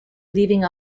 leaving